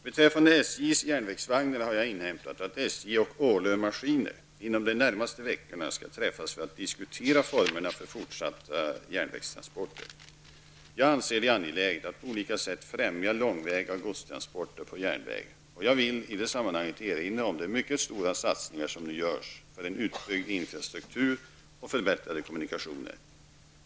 Beträffande SJs järnvägsvagnar har jag inhämtat att SJ och Ålö-Maskiner inom de närmaste veckorna skall träffas för att diskutera formerna för fortsatta järnvägstransporter. Jag anser det angeläget att på olika sätt främja långväga godstransporter på järnväg, och jag vill i det sammanhanget erinra om de mycket stora satsningar som nu görs för en utbyggd infrastruktur och förbättrade kommunikationer.